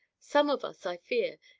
some of us, i fear,